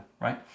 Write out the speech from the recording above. right